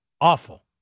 awful